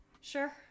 Sure